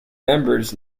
members